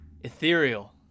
ethereal